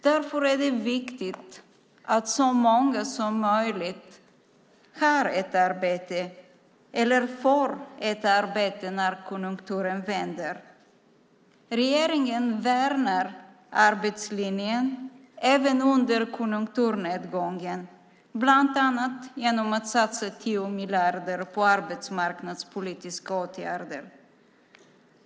Därför är det viktigt att så många som möjligt har ett arbete eller får ett arbete när konjunkturen vänder. Regeringen värnar arbetslinjen även under konjunkturnedgången bland annat genom att satsa 10 miljarder på arbetsmarknadspolitiska åtgärder.